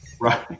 Right